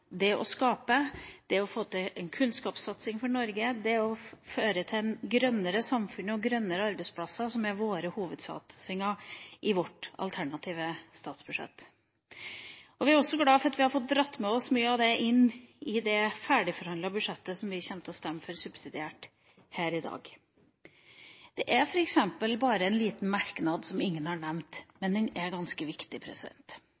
det å skape, det å få til en kunnskapssatsing for Norge, det å få til et grønnere samfunn og grønnere arbeidsplasser, som er våre hovedsatsinger, i vårt alternative statsbudsjett. Vi er også glad for at vi har fått dratt med oss mye av dette inn i det ferdigforhandlede budsjettet, som vi kommer til å stemme for subsidiært her i dag. Det er en liten merknad som ingen har nevnt,